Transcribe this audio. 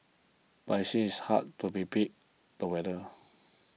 but it seems it's hard to be beat the weather